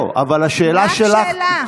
לא, השאלה שלך, רק שאלה.